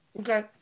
Okay